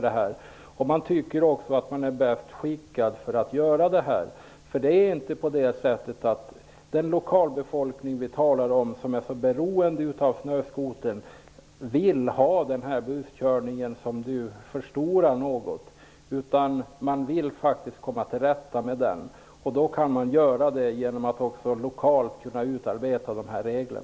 De tycker också att det är de som är bäst skickade att göra det. Den lokalbefolkning vi talar om, som är så beroende av snöskoter, vill inte ha den buskörning som Lennart Rohdin här något förstorar. De vill komma till rätta med den. Det kan man göra genom att lokalt utarbeta regler.